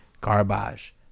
Garbage